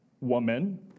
woman